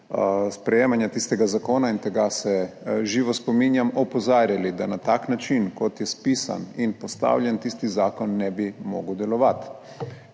sprejemanja tistega zakona, in tega se živo spominjam, opozarjali, da na tak način kot je spisan in postavljen tisti zakon ne bi mogel delovati.